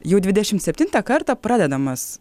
jau dvidešimt septintą kartą pradedamas